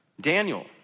Daniel